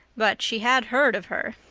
but she had heard of her.